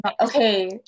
okay